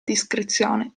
discrezione